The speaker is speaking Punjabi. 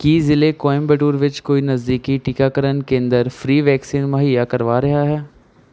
ਕੀ ਜ਼ਿਲ੍ਹੇ ਕੋਇੰਬਟੂਰ ਵਿੱਚ ਕੋਈ ਨਜ਼ਦੀਕੀ ਟੀਕਾਕਰਨ ਕੇਂਦਰ ਫ੍ਰੀ ਵੈਕਸੀਨ ਮੁਹੱਈਆ ਕਰਵਾ ਰਿਹਾ ਹੈ